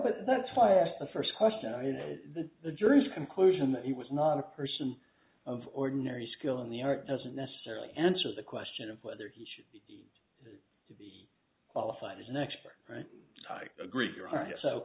but that's why i asked the first question that the jury's conclusion that he was not a person of ordinary skill in the art doesn't necessarily answer the question of whether he should be qualified as an expert right agreed you're all right so